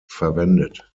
verwendet